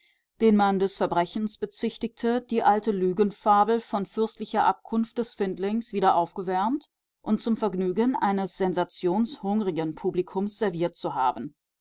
den man des verbrechens bezichtigte die alte lügenfabel von fürstlicher abkunft des findlings wieder aufgewärmt und zum vergnügen eines sensationshungrigen publikums serviert zu haben